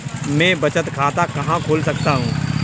मैं बचत खाता कहाँ खोल सकता हूँ?